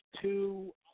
two